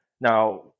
now